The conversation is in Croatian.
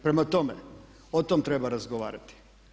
Prema tome, o tom treba razgovarati.